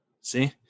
See